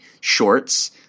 shorts